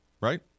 right